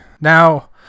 Now